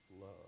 love